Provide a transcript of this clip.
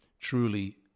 truly